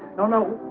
don't know.